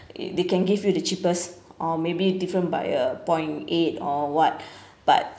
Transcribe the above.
they can give you the cheapest or maybe different by a point eight or what but